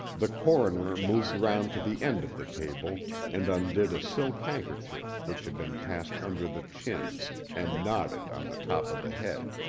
the coroner moved round to the end of the table and undid a silk handkerchief which had been passed under the chin and knotted on the top of the head.